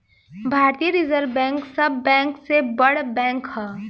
भारतीय reserve bank सब bank से बड़ बैंक ह